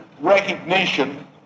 recognition